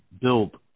build